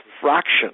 fraction